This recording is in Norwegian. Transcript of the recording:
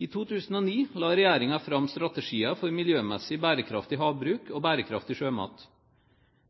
I 2009 la regjeringen fram strategier for miljømessig bærekraftig havbruk og bærekraftig sjømat.